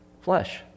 flesh